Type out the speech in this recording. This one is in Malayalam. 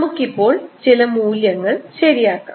നമുക്ക് ഇപ്പോൾ ചില മൂല്യങ്ങൾ ശരിയാക്കാം